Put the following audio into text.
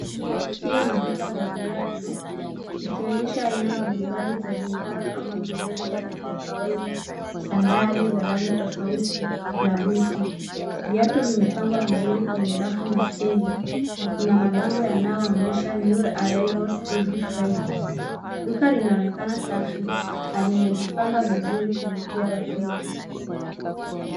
Hii ni duka la viatu, ikionyesha aina mbali mbali za bidhaa kama vile viatu vya kawaida, sandali za rangi tofauti na buti. Viatu vimepangwa vizuri kwenye rafu na stendi na kuna mabango yanayoonyesha New Arrivals Every Friday . Duka linaonekana safi na limejipanga vizuri kuvutia wateja.